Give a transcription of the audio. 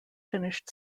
finished